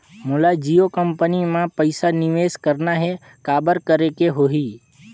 मोला जियो कंपनी मां पइसा निवेश करना हे, काबर करेके होही?